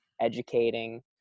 educating